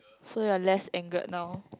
so you're less angered now